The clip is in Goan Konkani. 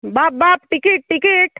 बाब बाब टिकेट टिकेट